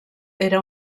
era